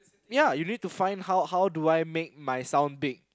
ya you need to find how how do I make my sound big